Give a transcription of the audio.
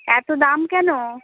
এত দাম কেনো